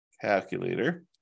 Calculator